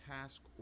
task